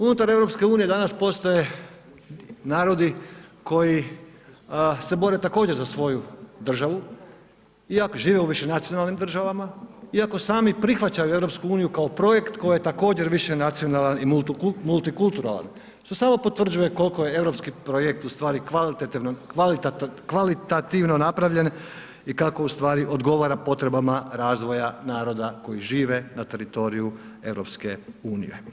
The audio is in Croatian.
Unutar EU danas postoje narodi koji se bore također za svoju državu iako žive u višenacionalnim državama, iako sami prihvaćaju EU kao projekt koji je također višenacionalan i multikulturalan, što samo potvrđuje koliko je europski projekt ustvari kvalitativno napravljen i kako ustvari odgovara potrebama razvoja naroda koji žive na teritoriju EU.